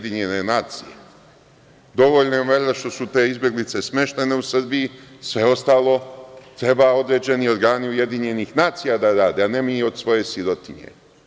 Dovoljno je valjda što su te izbeglice smeštene u Srbiji, sve ostalo treba određeni organi Ujedinjenih nacija da rade, a ne mi od svoje sirotinje.